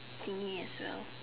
see me as well